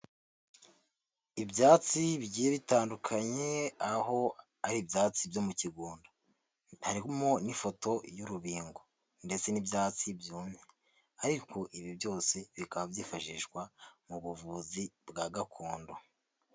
Ibyatsi bigiye bitandukanye aho ari ibyatsi byo mu kigunda, harimo n'ifoto y'urubingo ndetse n'ibyatsi byumye ariko ibi byose bikaba byifashishwa mu buvuzi bwa gakondo.